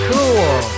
Cool